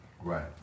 Right